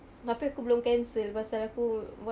tapi aku belum cancel pasal aku what